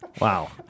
wow